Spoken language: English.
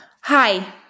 Hi